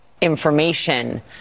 information